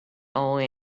only